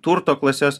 turto klases